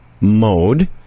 mode